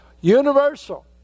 Universal